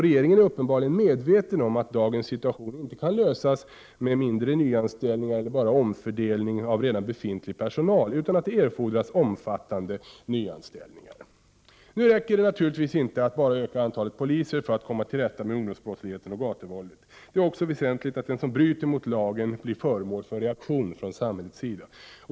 Regeringen är uppenbarligen medveten om att dagens situation inte kan klaras med mindre nyanställningar eller bara omfördelning av redan befintlig personal, utan att det erfordras omfattande nyanställningar. Nu räcker det naturligtvis inte att bara öka antalet poliser för att komma till rätta med ungdomsbrottsligheten och gatuvåldet. Det är också väsentligt att den som bryter mot lagen blir föremål för en reaktion från samhällets sida.